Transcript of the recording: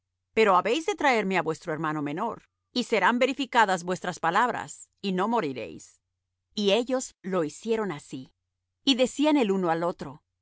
pero habéis de traerme á vuestro hermano menor y serán verificadas vuestras palabras y no moriréis y ellos lo hicieron así y decían el uno al otro